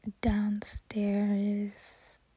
downstairs